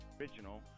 ...original